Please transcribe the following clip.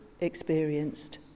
experienced